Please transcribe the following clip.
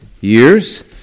years